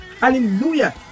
hallelujah